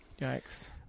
Yikes